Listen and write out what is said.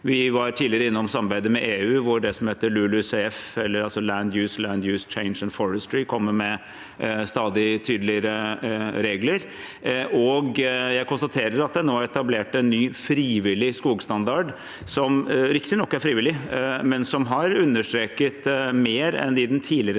Vi var tidligere innom samarbeidet med EU, hvor det som heter LULUCF, eller Land Use, Land-use Change and Forestry, kommer med stadig tydeligere regler. Jeg konstaterer at det nå er etablert en ny frivillig skogstandard, som riktignok er frivillig, men som har understreket mer enn den tidligere standarden